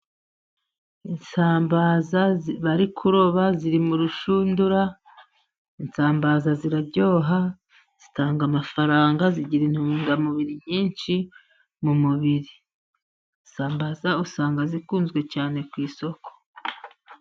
Isambaza bari kuroba ziri mu rushundura， Isambaza ziraryoha， zitanga amafaranga， zigira intungamubiri nyinshi mu mubiri，isambaza usanga zikunzwe cyane ku isoko.